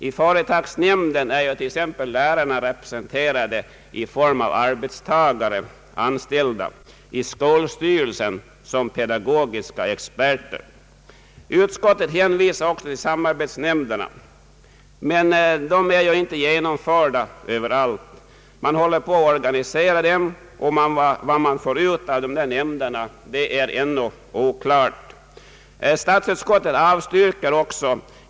I företagsnämnden är t.ex. lärarna representerade såsom arbetstagare/anställda men i skolstyrelsen såsom pedagogiska experter. Utskottet hänvisar också till samarbetsnämnderna. Men dessa är ju inte genomförda överallt. Man håller på att organisera dem, och vad man får ut av dessa nämnder är ännu oklart.